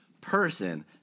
person